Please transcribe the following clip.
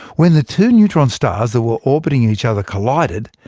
when the two neutron stars that were orbiting each other collided,